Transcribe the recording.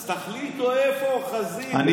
אז תחליטו איפה אוחזים --- ראש הממשלה.